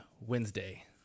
wednesday